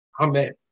Amen